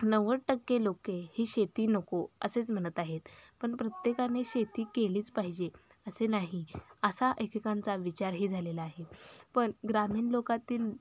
नव्वद टक्के लोक ही शेती नको असेच म्हणत आहेत पण प्रत्येकाने शेती केलीच पाहिजे असे नाही असा एकेकांचा विचारही झालेला आहे पण ग्रामीण लोकातील